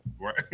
Right